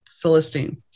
Celestine